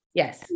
yes